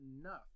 enough